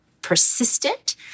persistent